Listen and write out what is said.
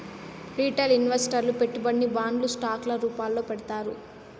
retail ఇన్వెస్టర్లు పెట్టుబడిని బాండ్లు స్టాక్ ల రూపాల్లో పెడతారు